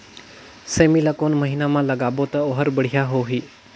सेमी ला कोन महीना मा लगाबो ता ओहार बढ़िया होही?